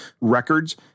records